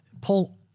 Paul